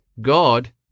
God